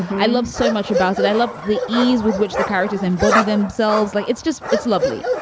i love so much about it. i love the ease with which the characters embody themselves. like it's just it's lovely.